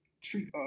treat